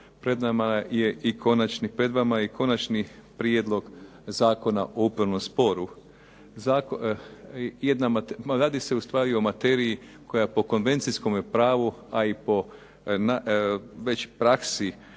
pred vama je i Konačni prijedlog Zakona o upravnom sporu. Radi se ustvari o materiji koja po konvencijskome pravu, a i po već praksi